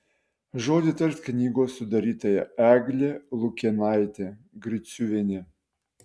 žodį tars knygos sudarytoja eglė lukėnaitė griciuvienė